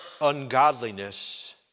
ungodliness